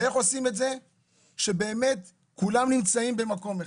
ואיך עושים את זה כשבאמת כולם נמצאים במקום אחד: